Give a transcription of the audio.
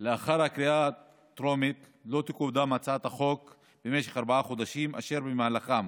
לאחר הקריאה הטרומית לא תקודם הצעת החוק במשך ארבעה חודשים ובמהלכם